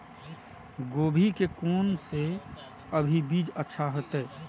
गोभी के कोन से अभी बीज अच्छा होते?